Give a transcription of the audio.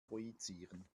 projizieren